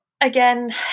Again